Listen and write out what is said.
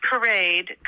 parade